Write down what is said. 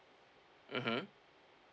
mmhmm